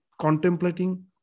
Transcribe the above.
contemplating